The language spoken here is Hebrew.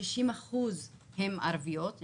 60% הם נשים ערביות,